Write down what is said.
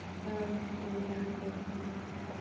दे जागोन दे